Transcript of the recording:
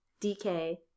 DK